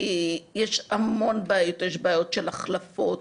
יש המון בעיות, יש בעיות של החלפות,